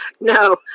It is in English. No